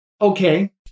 okay